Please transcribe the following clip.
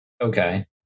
Okay